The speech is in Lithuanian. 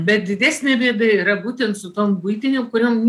bet didesnė bėda yra būtent su tom buitinėm kuriom